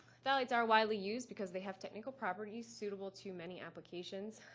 phthalates are widely used because they have technical properties suitable to many applications.